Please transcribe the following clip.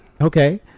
okay